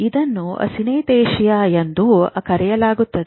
ಇದನ್ನು ಸಿನೆಸ್ಥೆಶಿಯಾ ಎಂದು ಕರೆಯಲಾಗುತ್ತದೆ